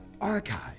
archive